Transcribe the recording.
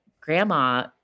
grandma